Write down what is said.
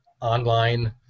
online